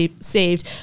saved